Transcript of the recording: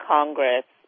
Congress